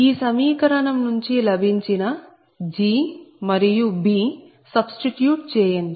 ఈ సమీకరణం నుండి లభించిన G మరియు B సబ్స్టిట్యూట్ చేయండి